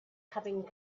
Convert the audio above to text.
having